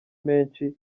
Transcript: menshi